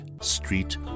Street